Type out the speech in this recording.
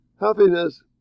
Happiness